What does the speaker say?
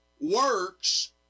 works